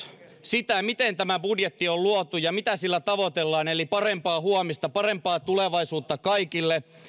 sitä miten tämä budjetti on luotu ja mitä sillä tavoitellaan eli parempaa huomista parempaa tulevaisuutta kaikille